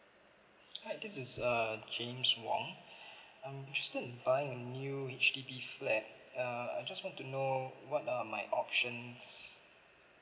hi this is err james wong I'm interested in buying a new H_D_B flat err I just want to know what are my options